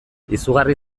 izugarri